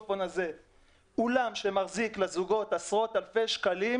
אולם שמחזיק לזוגות עשרות אלפי שקלים,